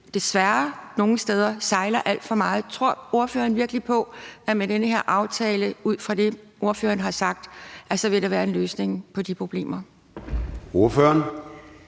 desværre nogle steder, hvor det sejler alt for meget. Tror ordføreren virkelig på, at der med den her aftale – ud fra det, ordføreren har sagt – vil være en løsning på de problemer?